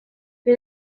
per